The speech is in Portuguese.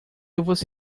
você